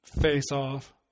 face-off